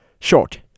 Short